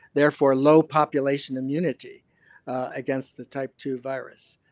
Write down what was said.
therefore low population immunity against the type two virus.